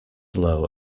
low